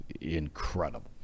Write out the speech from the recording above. incredible